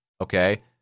Okay